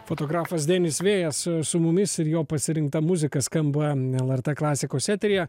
fotografas denis vėjas su mumis ir jo pasirinkta muzika skamba lrt klasikos eteryje